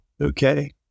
okay